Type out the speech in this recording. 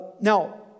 now